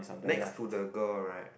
next to the girl right